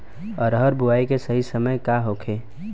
अरहर बुआई के सही समय का होखे?